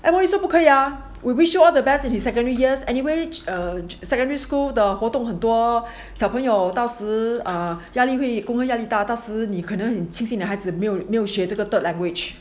M_O_E 说不可以啊 we wish you all the best in the secondary years anyway err secondary school 的活动很多小朋友到时 err 压力会可能压力的到时你可能很清晰你孩子没有学这个 third language